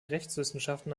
rechtswissenschaften